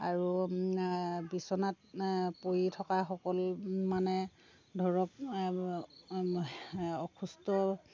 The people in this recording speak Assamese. আৰু বিচনাত পৰি থকাসকল মানে ধৰক অসুস্থ